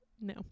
No